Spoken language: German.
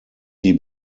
sie